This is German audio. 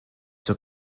zur